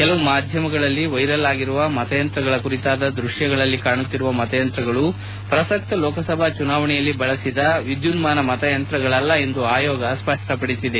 ಕೆಲವು ಮಾಧ್ಯಮಗಳಲ್ಲಿ ವೈರಲ್ ಆಗಿರುವ ಮತಯಂತ್ರಗಳ ಕುರಿತಾದ ದೃಶ್ಯಗಳಲ್ಲಿ ಕಾಣುತ್ತಿರುವ ಮತಯಂತ್ರಗಳು ಪ್ರಸಕ್ತ ಲೋಕಸಭಾ ಚುನಾವಣೆಯಲ್ಲಿ ಬಳಸಿದ ವಿದ್ಯುನ್ಮಾನ ಮಂತಯಂತ್ರಗಳಲ್ಲ ಎಂದು ಆಯೋಗ ಸ್ಪಷ್ಟ ಪಡಿಸಿದೆ